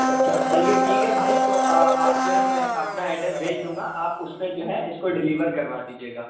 اچھا چلیے ٹھیک ہے بھائی تو آپ جو ہے میں اپنا ایڈریس بھیج دوں گا اس پہ جو ہے اس کو ڈلیور کروا دیجیے گا